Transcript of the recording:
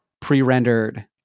pre-rendered